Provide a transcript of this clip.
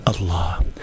Allah